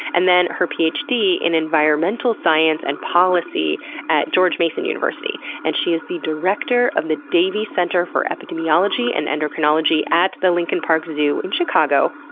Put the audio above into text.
and then her phd in environmental science and policy at george mason university. and she is the director of the davee center for epidemiology and endocrinology at the lincoln park zoo in chicago.